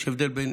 יש הבדל בין